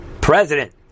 president